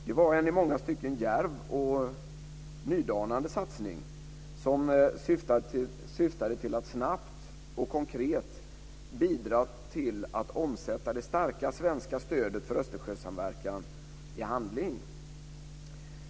Det var en i många stycken djärv och nydanande satsning som syftade till att snabbt och konkret bidra till att omsätta det starka svenska stödet för Östersjösamverkan i handling.